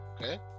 okay